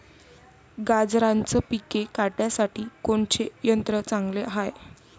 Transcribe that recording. गांजराचं पिके काढासाठी कोनचे यंत्र चांगले हाय?